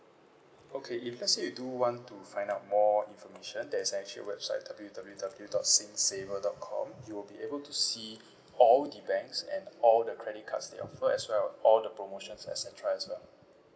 okay if let's say you do want to find out more information there's actually a website W_W_W dot sing saver dot com you will be able to see all the banks and all the credit cards they offer as well and all the promotions et cetera as well